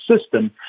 system